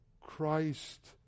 christ